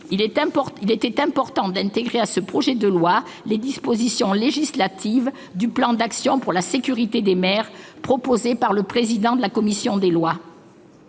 était-il d'important d'intégrer à ce projet de loi les dispositions législatives du plan d'action pour une plus grande sécurité des maires proposé par le président de la commission des lois.